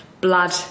blood